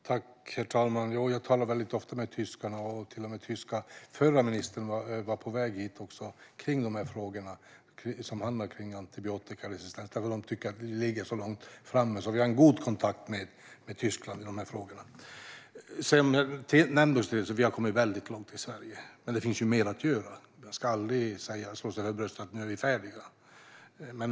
Herr talman! Jag talar ofta med tyskarna. Den förra tyska ministern var på väg hit för att diskutera de här frågorna om antibiotikaresistens. De tycker att vi ligger så långt framme, så vi har en god kontakt med Tyskland i dessa frågor. Det nämndes här att vi har kommit väldigt långt i Sverige, men det finns mer att göra. Man ska aldrig slå sig för bröstet och säga att nu är vi färdiga.